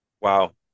wow